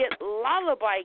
Lullaby